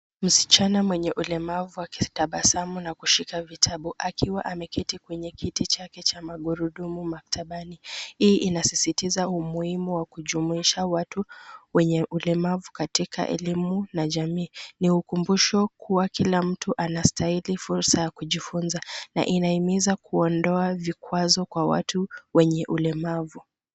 Msichana mwenye ulemavu akitabsamu na kushika vitabu akiwa ameketi kwenye kiti chake cha magurudumu maktabani. Hii inasisitiza umuhimu wa kujumuisha watu wenye ulemavu katika elimu na jamii. Ni ukumbusho kuwa kila mtu anastahili fursa ya kujifunza na inahimiza kuondoa vikwazo kwa watu wenye ulemavu.